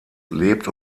lebt